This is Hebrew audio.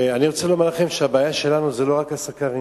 אני רוצה לומר לכם שהבעיה שלנו היא לא רק הסוכרים,